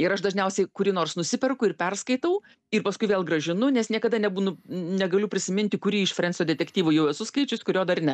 ir aš dažniausiai kurį nors nusiperku ir perskaitau ir paskui vėl grąžinu nes niekada nebūnu negaliu prisiminti kurį iš frensio detektyvų jau esu skaičius kurio dar ne